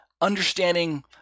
understanding